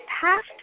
past